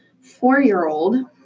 four-year-old